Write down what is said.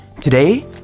Today